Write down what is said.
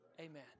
Amen